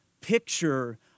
picture